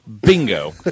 Bingo